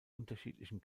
unterschiedlichen